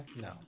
no